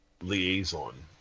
liaison